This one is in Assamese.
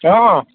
অঁ